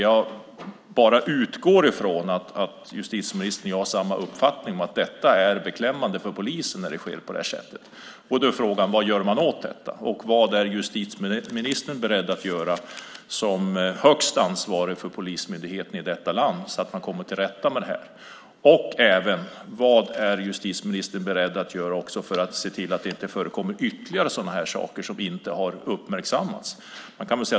Jag utgår ifrån att justitieministern och jag har samma uppfattning, nämligen att det är beklämmande för polisen när något sådant här sker. Då är frågan: Vad gör man åt detta, och vad är justitieministern beredd att göra som högsta ansvarig för polismyndigheten i detta land, så att man kommer till rätta med det här? Och vad är justitieministern beredd att göra för att se till att det inte förekommer ytterligare sådana här saker som inte har uppmärksammats?